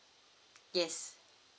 yes